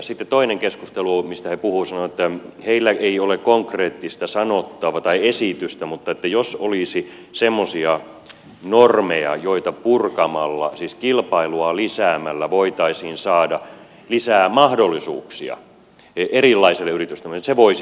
sitten toinen mistä he puhuivat oli että heillä ei ole konkreettista esitystä mutta että jos olisi semmoisia normeja joita purkamalla siis kilpailua lisäämällä voitaisiin saada lisää mahdollisuuksia erilaiselle yritystoiminnalle niin se voisi toimia